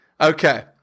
okay